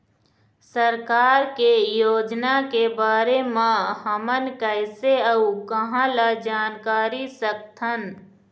सरकार के योजना के बारे म हमन कैसे अऊ कहां ल जानकारी सकथन?